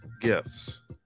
gifts